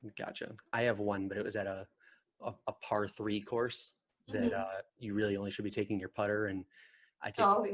gotcha i have one but it was at ah a par three course that ah you really only should be taking your putter and i told